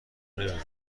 نمیدونند